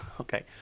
okay